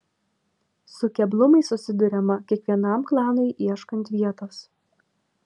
su keblumais susiduriama kiekvienam klanui ieškant vietos